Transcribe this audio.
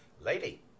Lady